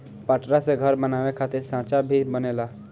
पटरा से घर बनावे खातिर सांचा भी बनेला